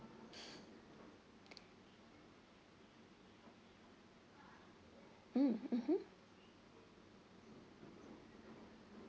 mm mmhmm